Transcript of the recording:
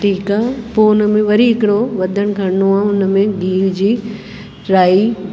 ठीकु आहे पोइ हुन में वरी हिकिड़ो वधणु खरिणो आहे हुन में गिहु विझी राई